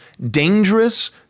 dangerous